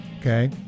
Okay